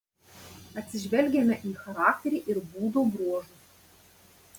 atsižvelgiame į charakterį ir būdo bruožus